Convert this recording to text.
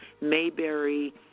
Mayberry